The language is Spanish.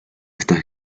estas